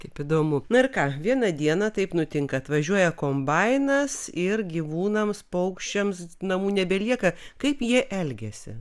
kaip įdomu na ir ką vieną dieną taip nutinka atvažiuoja kombainas ir gyvūnams paukščiams namų nebelieka kaip jie elgiasi